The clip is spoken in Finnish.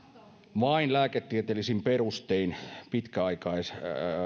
vain lääketieteellisin perustein